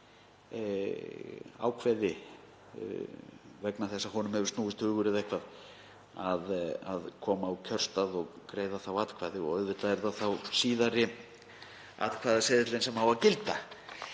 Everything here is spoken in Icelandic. ákveði, vegna þess að honum hefur snúist hugur eða eitthvað, að koma á kjörstað og greiða þá atkvæði og auðvitað er það þá síðari atkvæðaseðillinn sem á að gilda.